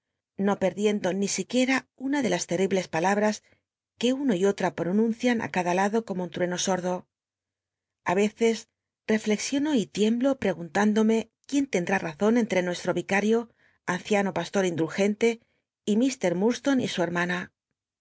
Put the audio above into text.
no perdiendo ni i tnicm una de las let'l'ibles palabras que uno y otra pronuncian á cada lado como un trueno sordo a eces reflexiono y tiemblo preguntándome quién lend r i razon entre nuesli'o vicario anciano pastor indulgente y mulo y su hermana